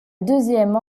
deuxième